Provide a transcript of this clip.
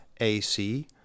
AC